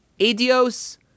adios